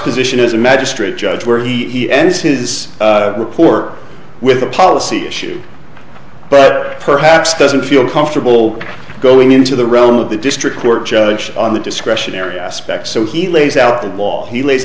position is a magistrate judge where he ends his this report with a policy issue but perhaps doesn't feel comfortable going into the realm of the district court judge on the discretionary aspect so he lays out the law he lays